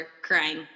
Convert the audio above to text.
crying